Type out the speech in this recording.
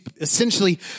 essentially